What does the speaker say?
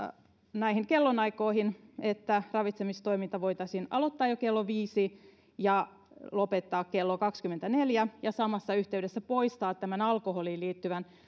näihin kellonaikoihin pykälämuutosta niin että ravitsemistoiminta voitaisiin aloittaa jo kello viisi ja lopettaa kello kaksikymmentäneljä samassa yhteydessä voitaisiin poistaa tämä alkoholiin liittyvä